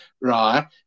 right